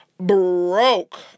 broke